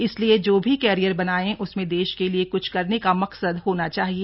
इसलिए जो भी कैरियर बनाएं उसमें देश के लिए कुछ करने का मकसद होना चाहिए